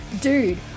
Dude